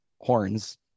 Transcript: horns